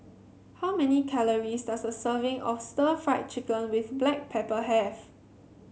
how many calories does a serving of Stir Fried Chicken with Black Pepper have